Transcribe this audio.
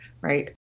right